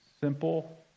simple